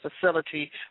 facility